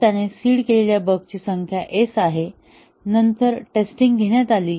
तर त्याने सीड केलेल्या बग्सची संख्या s आहे नंतर टेस्टिंग घेण्यात आली